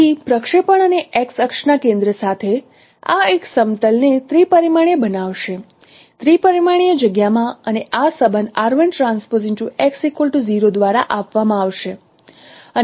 તેથી પ્રક્ષેપણ અને x અક્ષના કેન્દ્ર સાથે આ એક સમતલ ને ત્રિપરિમાણીય બનાવશે ત્રિપરિમાણીય જગ્યા માં અને આ સંબંધ દ્વારા આપવામાં આવશે